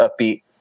upbeat